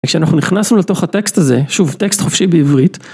כשאנחנו נכנסנו לתוך הטקסט הזה, שוב טקסט חופשי בעברית.